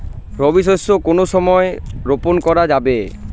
রবি শস্য কোন সময় রোপন করা যাবে?